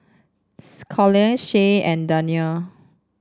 Callum Shae and Dania